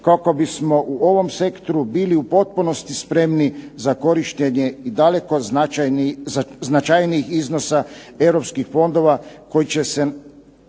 kako bismo u ovom sektoru bili u potpunosti spremni za korištenje i daleko značajnijih iznosa Europskih fondova koji će nam